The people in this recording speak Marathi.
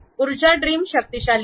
ऊर्जा ट्रिम शक्तिशाली आहे